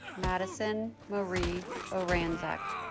madison marie oranczak